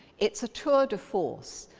it's a tour de force.